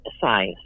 size